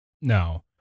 No